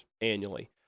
annually